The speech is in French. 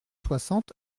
soixante